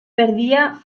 perdía